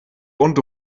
und